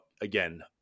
again